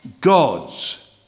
God's